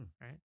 Right